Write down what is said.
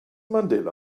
mandela